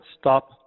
stop